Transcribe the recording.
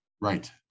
Right